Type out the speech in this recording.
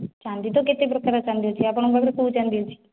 ଚାନ୍ଦି ତ କେତେ ପ୍ରକାର ଚାନ୍ଦି ଅଛି ଆପଣଙ୍କ ପାଖରେ କେଉଁ ଚାନ୍ଦି ଅଛି